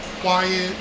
quiet